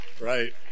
right